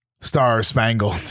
star-spangled